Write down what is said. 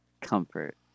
Comfort